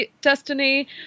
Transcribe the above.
destiny